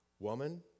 Woman